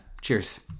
Cheers